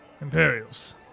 Imperials